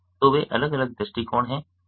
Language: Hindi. तो वे अलग अलग दृष्टिकोण हैं